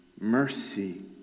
mercy